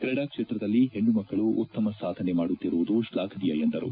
ಕ್ರೀಡಾ ಕ್ಷೇತ್ರದಲ್ಲಿ ಹೆಣ್ಣಮಕ್ಕಳು ಉತ್ತಮ ಸಾಧನೆ ಮಾಡುತ್ತಿರುವುದು ಶ್ಲಾಘನೀಯ ಎಂದರು